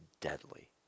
deadly